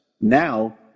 Now